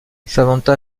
samantha